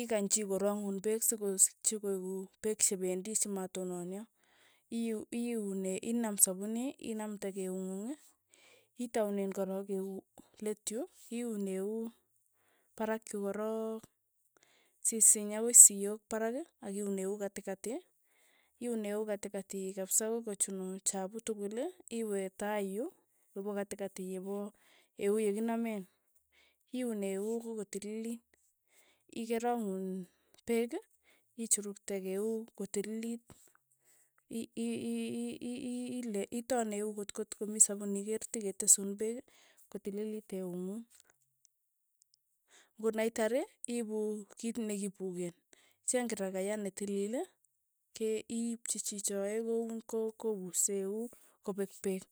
ikany chii korang'un peek sikosikchi koeku oeek chependi chimatonon'ya, iu iyune inam sapuni inamte eung'ung. itaunen korok eu let yu, iuun eu parak yu korok, sisiny akoi siyok parak akiun eu katikati, iun eu katikati kapsaa akoi kochunu chapu tukul. iwe tai yu, yepo katikati, yepo eu yekinamen, iun eu akoi kotililit, ikerang'u peek ichurukte eu kotililit, i- i- i- ile iton eut kotkotokomii sapuni kerteketesun peek, kotililit eung'ung, konaitar, iipu kit nekipuken, icheng kirakayaa netililil, ke iipchi chichoe koun ko- kouse eut, kopek peek.